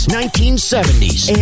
1970s